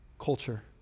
culture